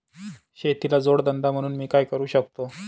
शेतीला जोड धंदा म्हणून मी काय करु शकतो?